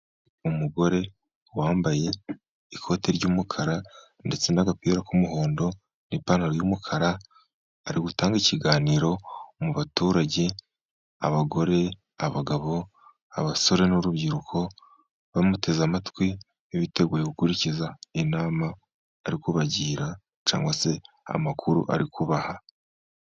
Umugore wambaye ikoti ry'umukara, ndetse n'agapira k'umuhondo, n'ipantaro y'umukara, ari gutanga ikiganiro mu baturage, abagore, abagabo, abasore, n'urubyiruko bamuteze amatwi, biteguye gukurikiza inama ari kubagira, cyangwa se amakuru ari kubaha.